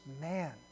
man